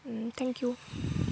thank you